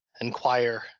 Inquire